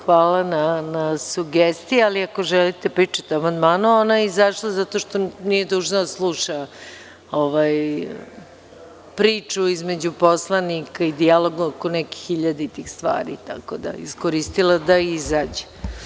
Hvala na sugestiji, ali ako želite da pričate o amandmanu, ona je izašla zato što nije dužna da sluša priču između poslanika i dijalog oko nekih hiljaditih stvari, tako da je iskoristila da izađe.